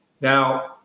Now